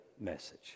message